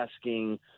asking